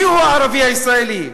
מיהו הערבי הישראלי?